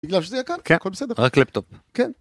בגלל שזה יקר. כן. הכל בסדר רק laptop. כן.